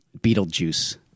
Beetlejuice